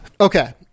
okay